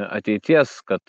ateities kad